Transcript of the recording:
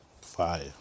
Fire